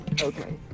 Okay